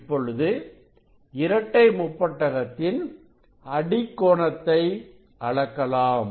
இப்பொழுது இரட்டை முப்பட்டகத்தின் அடிகோணத்தை அளக்கலாம்